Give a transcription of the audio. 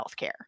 healthcare